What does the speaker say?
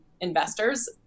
investors